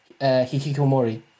hikikomori